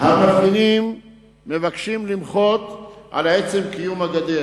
המפגינים מבקשים למחות על עצם קיום הגדר